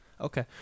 Okay